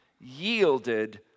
yielded